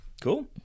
Cool